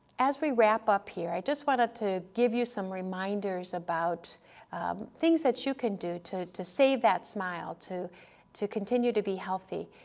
as we wrap up here, here, i just wanted to give you some reminders about things that you can do to to save that smile, to to continue to be healthy.